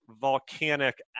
volcanic